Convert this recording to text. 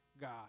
God